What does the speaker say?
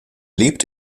lebt